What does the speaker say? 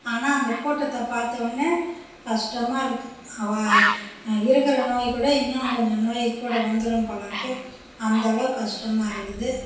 ஆனால அந்த கூட்டத்தை பார்த்த உடனே கஷ்டமாக இருக்குது இருக்கிற நோய் கூட இன்னும் கொஞ்சம் நோய் கூட வந்துடும் போலருக்கு அந்தளவு கஷ்டமாக இருக்குது